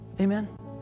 amen